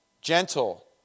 Gentle